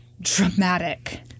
dramatic